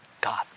God